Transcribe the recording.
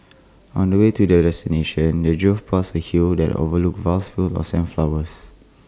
on the way to their destination they drove past A hill that overlooked vast fields of sunflowers